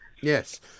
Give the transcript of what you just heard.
Yes